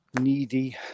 needy